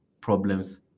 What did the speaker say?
problems